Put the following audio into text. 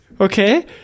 Okay